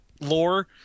lore